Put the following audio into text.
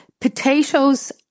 potatoes